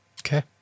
okay